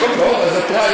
אז את רואה?